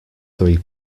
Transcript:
three